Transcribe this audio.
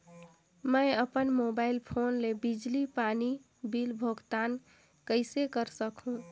मैं अपन mobile phone ले बिजली पानी बिल भुगतान कइसे कर सकहुं?